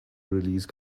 release